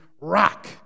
rock